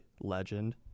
legend